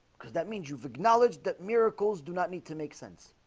because that means you've acknowledged that miracles do not need to make sense